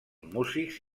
músics